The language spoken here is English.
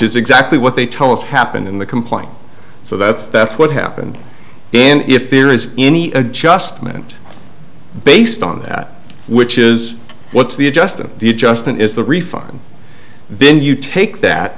is exactly what they tell us happened in the complaint so that's that's what happened then if there is any adjustment based on that which is what's the adjustment the adjustment is the refund then you take that